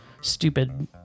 Stupid